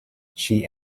she